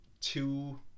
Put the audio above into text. two